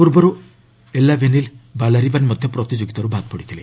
ପୂର୍ବରୁ ଏଲାବେନିଲ୍ ବାଲାରିବାନ୍ ମଧ୍ୟ ପ୍ରତିଯୋଗିତାରୁ ବାଦ୍ ପଡ଼ିଥିଲେ